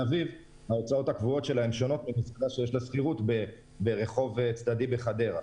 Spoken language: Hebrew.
אביב היא לא כמו שכירות של מסעדה בחדרה.